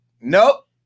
nope